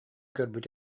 көрбүт